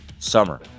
Summer